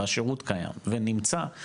והשירות קיים ונמצא,